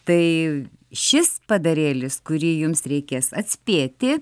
tai šis padarėlis kurį jums reikės atspėti